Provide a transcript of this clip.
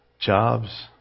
jobs